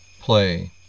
play